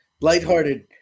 Light-hearted